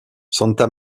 santa